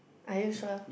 are you sure